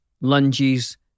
lunges